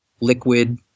liquid